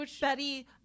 Betty